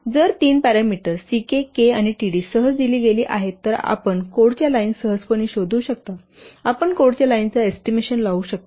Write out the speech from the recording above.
तर जर तीन पॅरामीटर्स C k K आणि t d सहज दिली गेली आहेत तर आपण कोडच्या लाइन सहजपणे शोधू शकता आपण कोडच्या लाइनचा एस्टिमेशन लावू शकता